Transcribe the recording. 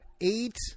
Eight